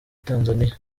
tanzania